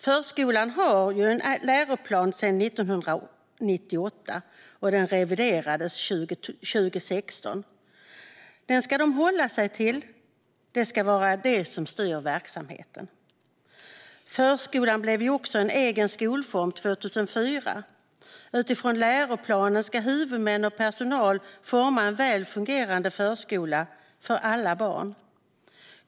Förskolan har en läroplan sedan 1998. Den reviderades 2016. Den ska de hålla sig till. Det ska vara den som styr verksamheten. Förskolan blev en egen skolform 2004. Utifrån läroplanen ska huvudmän och personal forma en väl fungerande förskola för alla barn.